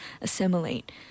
assimilate